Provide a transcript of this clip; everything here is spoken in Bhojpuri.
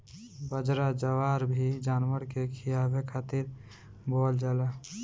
बजरा, जवार भी जानवर के खियावे खातिर बोअल जाला